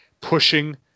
pushing